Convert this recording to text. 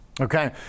Okay